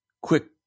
quick